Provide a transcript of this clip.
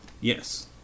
Yes